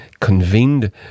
convened